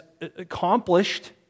accomplished